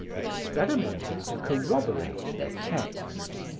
experimenting to corroborate their texts.